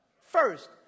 First